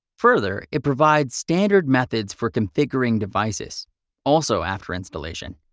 further, it provides standard methods for configuring devices also after installation.